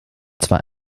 zwar